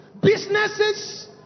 businesses